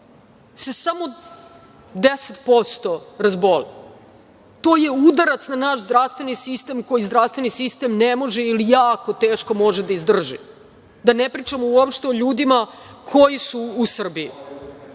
se samo 10% razboli, to je udarac na naš zdravstveni sistem koji ne može ili jako teško može da izdrži. Da ne pričamo uopšte o ljudima koji su u Srbiji. Da,